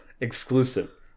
Exclusive